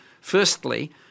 Firstly